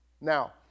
Now